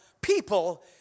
people